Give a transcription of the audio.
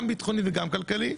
גם ביטחוני וגם כלכלי.